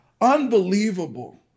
Unbelievable